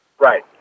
Right